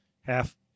half